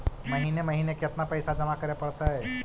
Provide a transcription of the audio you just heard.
महिने महिने केतना पैसा जमा करे पड़तै?